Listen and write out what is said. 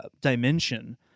dimension